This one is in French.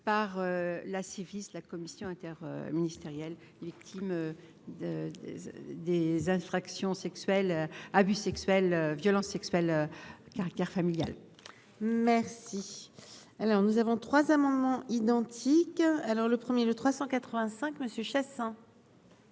par la syphilis, la commission inter-ministérielle, les victimes des infractions sexuelles, abus sexuels, violence sexuelle caractère familial. Merci, alors nous avons 3 amendements identiques alors le premier le 385 Monsieur